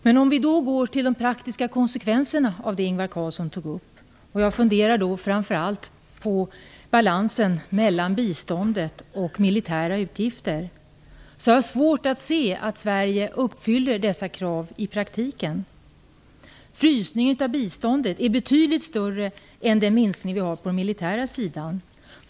Men om vi går till de praktiska konsekvenserna av det Ingvar Carlsson tog upp - jag funderar då framför allt på balansen mellan biståndet och militära utgifter - har jag svårt att se att Sverige uppfyller dessa krav i praktiken. Frysningen av biståndet är betydligt större än den minskning vi har på den militära sidan.